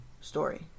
story